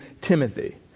Timothy